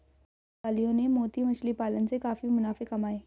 पुर्तगालियों ने मोती मछली पालन से काफी मुनाफे कमाए